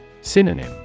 Synonym